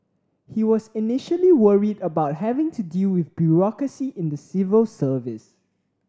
he was initially worried about having to deal with bureaucracy in the civil service